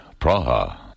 Praha